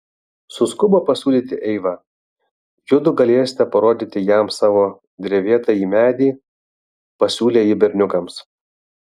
suskubo pasiūlyti eiva judu galėsite parodyti jam savo drevėtąjį medį pasiūlė ji berniukams